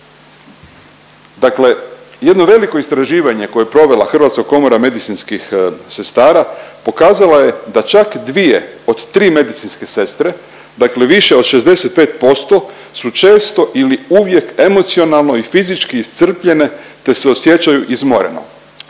Dakle jedno veliko istraživanje koje je provela Hrvatska komora medicinskih sestara pokazala je da čak 2 od 3 medicinske sestre, znači više od 65% su često ili uvijek emocionalno i fizički iscrpljene te se osjećaju izmoreno.